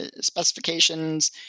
specifications